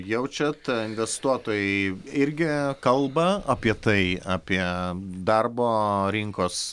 jaučiat investuotojai irgi kalba apie tai apie darbo rinkos